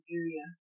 area